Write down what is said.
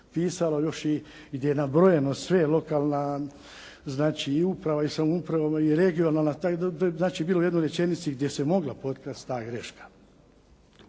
pisalo i još i nabrojeno sve lokalna uprava i samouprava i regionalne, znači bilo je u jednoj rečenici gdje se mogla potkrasti ta greška.